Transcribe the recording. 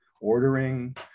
ordering